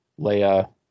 Leia